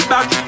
Back